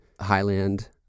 Highland